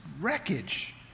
wreckage